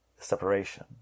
separation